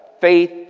faith